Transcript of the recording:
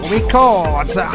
Records